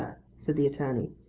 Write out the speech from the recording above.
said the attorney.